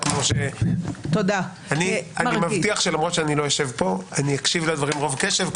אני מבטיח שלמרות שאני לא אשב פה אני אקשיב לדברים רוב קשב,